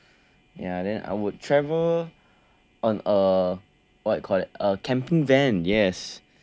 ya then I would travel on a what you call that a camping van yes